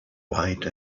white